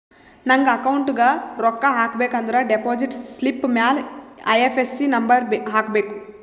ನಂಗ್ ಅಕೌಂಟ್ಗ್ ರೊಕ್ಕಾ ಹಾಕಬೇಕ ಅಂದುರ್ ಡೆಪೋಸಿಟ್ ಸ್ಲಿಪ್ ಮ್ಯಾಲ ಐ.ಎಫ್.ಎಸ್.ಸಿ ನಂಬರ್ ಹಾಕಬೇಕ